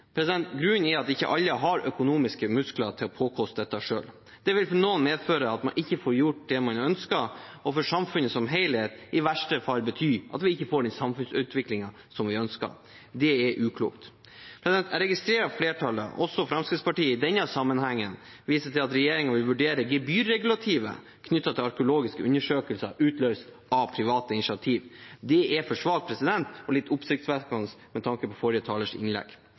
Grunnen er at ikke alle har økonomiske muskler til å påkoste dette selv. Det vil for noen medføre at man ikke får gjort det man ønsker, og for samfunnet som helhet vil det i verste fall bety at vi ikke får den samfunnsutviklingen som vi ønsker. Det er uklokt. Jeg registrerer at flertallet, også Fremskrittspartiet i denne sammenhengen, viser til at regjeringen vil vurdere gebyrregulativet knyttet til arkeologiske undersøkelser utløst av private initiativer. Det er for svakt og litt oppsiktsvekkende med tanke på forrige talers innlegg.